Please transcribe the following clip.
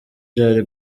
byari